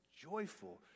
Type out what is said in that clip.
joyful